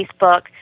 Facebook